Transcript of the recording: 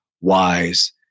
wise